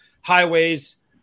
highways